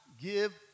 give